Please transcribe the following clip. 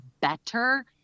better—